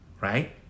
right